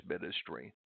ministry